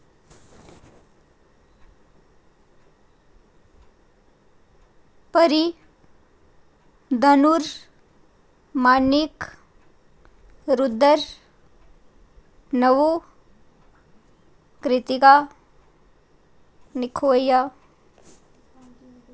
परी दनुर मानिक रुद्दर नवु क्रितिका निक्खु भाईया